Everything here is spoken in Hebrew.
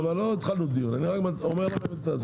אבל עוד לא התחלנו דיון, אני רק אומר לך.